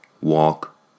walk